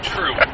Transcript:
True